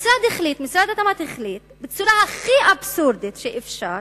משרד התמ"ת החליט בצורה הכי אבסורדית שאפשר